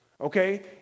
Okay